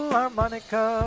harmonica